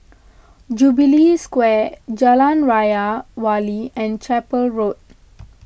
Jubilee Square Jalan Raja Wali and Chapel Road